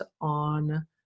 on